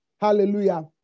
Hallelujah